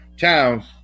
towns